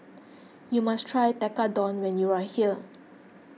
you must try Tekkadon when you are here